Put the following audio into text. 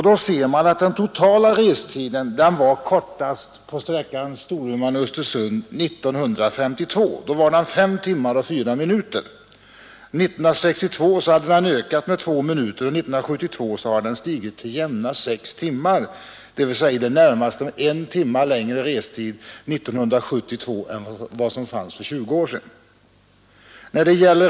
Den totala restiden var kortast på denna sträcka år 1952 — då var den 5 timmar och 4 minuter. År 1962 hade den ökat med 2 minuter, och 1972 har den ökat till jämna 6 timmar. Det är alltså i det närmaste 1 timme längre restid än för 20 år sedan.